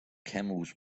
camels